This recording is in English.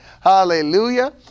Hallelujah